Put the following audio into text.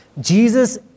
Jesus